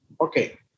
Okay